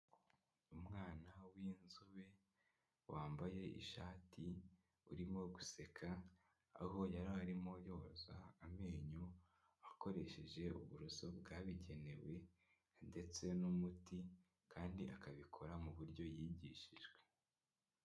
Umwana w'inzobe wambaye ishati urimo guseka aho yari arimo yoza amenyo akoresheje uburoso bwabugenewe ndetse n'umuti kandi akabikora mu buryo yigishijwe.